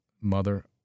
mother